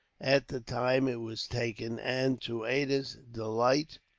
at the time it was taken and, to ada's delight,